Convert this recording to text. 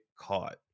caught